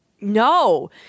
no